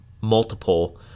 multiple